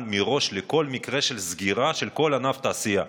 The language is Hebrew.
מראש לכל מקרה של סגירה של כל ענף תעשייה.